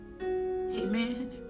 Amen